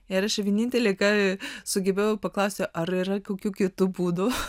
jei aš vienintelė ką sugebėjau paklausė ar yra kokiu kitų būdų